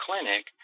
Clinic